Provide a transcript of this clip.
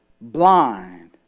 blind